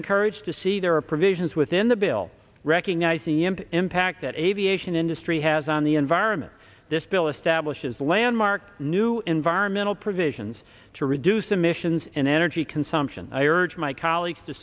encouraged to see there are provisions within the bill recognizing the end impact that aviation industry has on the environment this bill establishes landmark new environmental provisions to reduce emissions in energy consumption i urge my colleagues to